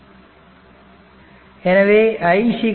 எனவேi c dvdt